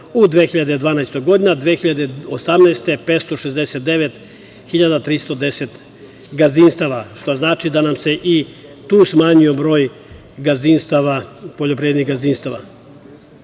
u 2012. godini, a 2018. godine 569.310 gazdinstava, što znači da nam se i tu smanjio broj poljoprivrednih gazdinstava. Druga